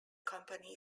company